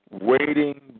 Waiting